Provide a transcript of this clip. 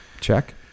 Check